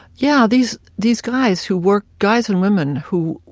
yeah, these these guys who work, guys and women, who,